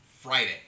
Friday